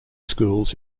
schools